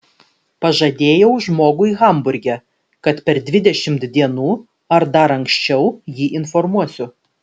pažadėjau žmogui hamburge kad per dvidešimt dienų ar dar anksčiau jį informuosiu